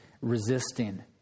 resisting